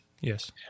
Yes